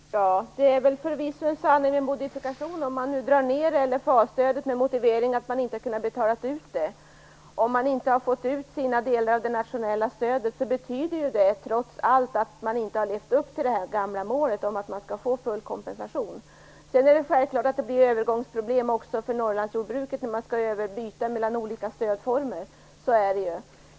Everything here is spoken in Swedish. Fru talman! Det är förvisso en sanning med modifikation, om man nu drar ner LFA-stödet med motiveringen att man inte har kunnat betala ut det. Om man inte har fått ut sina delar av det nationella stödet betyder det trots allt att man inte har levt upp till det gamla målet att man skall få full kompensation. Sedan är det självklart att det blir övergångsproblem också för Norrlandsjordbruket när man skall byta mellan olika stödformer. Så är det.